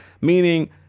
meaning